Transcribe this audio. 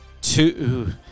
two